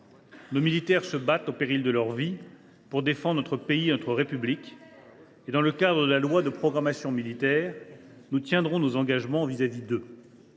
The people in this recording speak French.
Nos militaires se battent, au péril de leur vie, pour défendre notre pays et notre République. Aussi, dans le cadre de la loi de programmation militaire, nous tiendrons nos engagements à leur